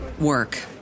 Work